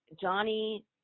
Johnny